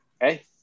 hey